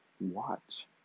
watch